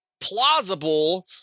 plausible